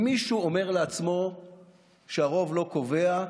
אם מישהו אומר לעצמו שהרוב לא קובע,